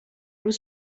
was